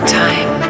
time